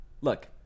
look